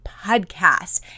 podcast